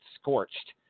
scorched